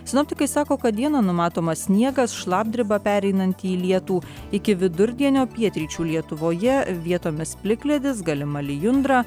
sinoptikai sako kad dieną numatomas sniegas šlapdriba pereinanti į lietų iki vidurdienio pietryčių lietuvoje vietomis plikledis galima lijundra